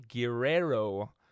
Guerrero